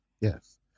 Yes